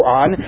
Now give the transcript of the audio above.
on